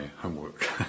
homework